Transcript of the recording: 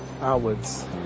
outwards